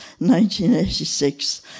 1986